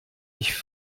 ich